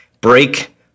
break